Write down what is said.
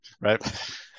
right